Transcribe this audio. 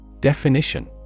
Definition